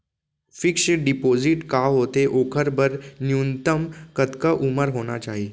Fix deposit का होथे ओखर बर न्यूनतम कतका उमर होना चाहि?